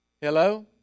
Hello